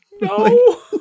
No